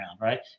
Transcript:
right